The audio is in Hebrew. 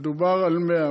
מדובר על 100,